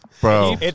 bro